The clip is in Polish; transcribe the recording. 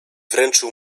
wręczył